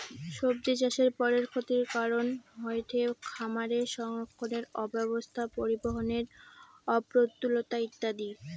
সব্জিচাষের পরের ক্ষতির কারন হয়ঠে খামারে সংরক্ষণের অব্যবস্থা, পরিবহনের অপ্রতুলতা ইত্যাদি